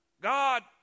God